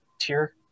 tier